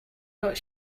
not